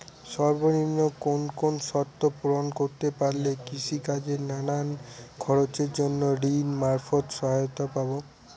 সর্বনিম্ন কোন কোন শর্ত পূরণ করতে পারলে কৃষিকাজের নানান খরচের জন্য ঋণ মারফত সহায়তা পাব?